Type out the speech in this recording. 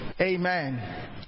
Amen